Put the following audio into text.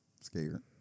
Scared